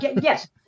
yes